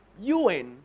UN